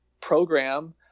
program